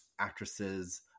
Actresses